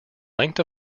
length